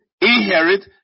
inherit